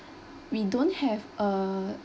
we don't have a